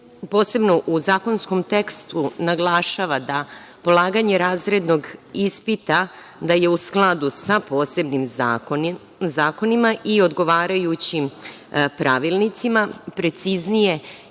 posebno u zakonskom tekstu naglašava da polaganje razrednog ispita je, u skladu sa posebnim zakonima i odgovarajućim pravilnicima, preciznije